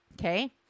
Okay